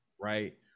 Right